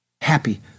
Happy